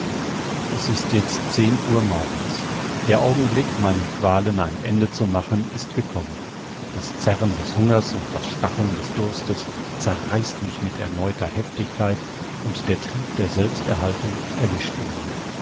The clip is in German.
es ist jetzt zehn uhr morgens der augenblick meinen qualen ein ende zu machen ist gekommen das zerren des hungers und das stacheln des durstes zerreißt mich mit erneuter heftigkeit und der trieb der selbsterhaltung erlischt in mir